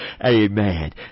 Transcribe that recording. Amen